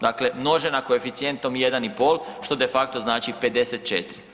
Dakle, množena koeficijentom 1,5 što de facto znači 54.